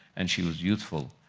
and she was youthful?